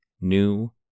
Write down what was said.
new